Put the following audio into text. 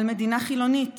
על מדינה חילונית